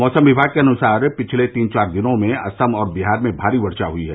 मौसम विभाग के अनुसार पिछले तीन चार दिन में असम और बिहार में भारी वर्षा हुई है